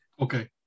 Okay